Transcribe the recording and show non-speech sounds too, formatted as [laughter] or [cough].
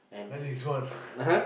at least one [laughs]